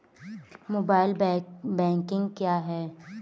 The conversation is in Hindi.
मोबाइल बैंकिंग क्या है?